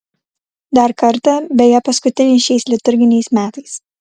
dar kartą beje paskutinį šiais liturginiais metais